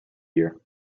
year